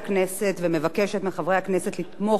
ומבקשת מחברי הכנסת לתמוך בהצעת החוק.